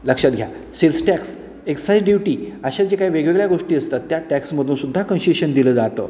लक्षात घ्या sales tax excise duty अशा जे काही वेगवेगळ्या गोष्टी असतात त्या टॅक्समधूनसुद्धा कन्सेशन दिलं जातं